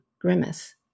grimace